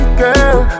girl